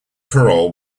parole